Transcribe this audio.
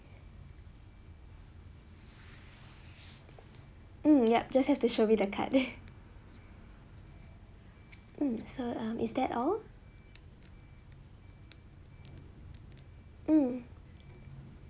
hmm yup just have to show me the card hmm so um is that all hmm